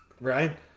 Right